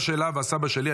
סבא שלה וסבא שלי,